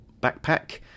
backpack